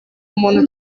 umuntu